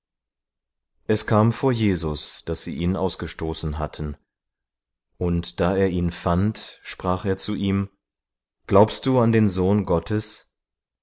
es kam vor jesus daß sie ihn ausgestoßen hatten und da er ihn fand sprach er zu ihm glaubst du an den sohn gottes